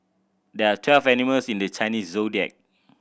there are twelve animals in the Chinese Zodiac